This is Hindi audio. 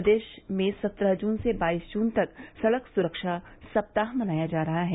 प्रदेश में सत्रह जून से बाईस जून तक सड़क सुरक्षा सप्ताह मनाया जा रहा है